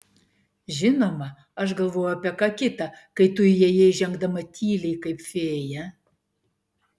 žinoma aš galvojau apie ką kita kai tu įėjai žengdama tyliai kaip fėja